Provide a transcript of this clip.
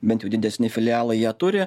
bent jau didesni filialai ją turi